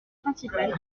principale